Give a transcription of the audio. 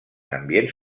ambients